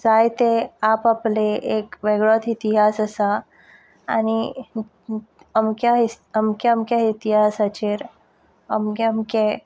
जायते आप आपले एक वेगळोच इतिहास आसा आनी अमक्या अमक्या अमक्या इतिहासाचेर अमकें आमकें